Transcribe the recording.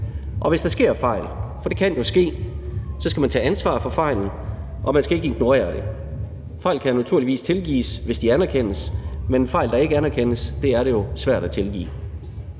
Hvis der sker fejl, for det kan jo ske, så skal man tage ansvar for fejlen, og man skal ikke ignorere det. Fejl kan naturligvis tilgives, hvis de anerkendes, men en fejl, der ikke anerkendes, er det jo svært at tilgive.